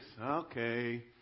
Okay